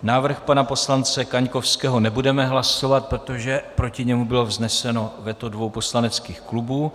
Návrh pana poslance Kaňkovského nebudeme hlasovat, protože proti němu bylo vzneseno veto dvou poslaneckých klubů.